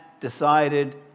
decided